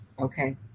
Okay